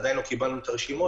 עדיין לא קיבלנו את הרשימות.